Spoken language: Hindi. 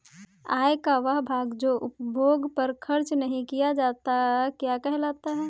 आय का वह भाग जो उपभोग पर खर्च नही किया जाता क्या कहलाता है?